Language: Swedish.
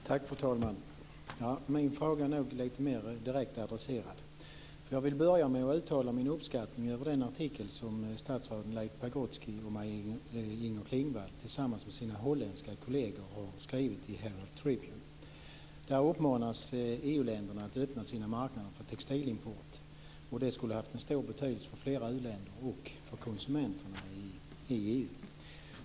Fru talman! Min fråga är nog lite mer direkt adresserad. Jag vill börja med att uttala min uppskattning över den artikel som statsrådet Leif Pagrotsky och Maj Inger Klingvall tillsammans med sina holländska kolleger har skrivit i Herald Tribune. Där uppmanas EU-länderna att öppna sina marknader för textilimport. Det skulle få stor betydelse för flera u-länder och för konsumenterna i EU-länderna.